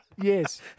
Yes